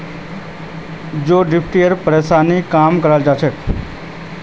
जौ डिप्थिरियार परेशानीक कम कर छेक